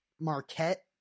Marquette